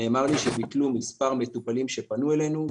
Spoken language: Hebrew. נאמר לי שביטלו מספר מטופלים שפנו אלינו,